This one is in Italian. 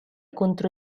contro